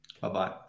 Bye-bye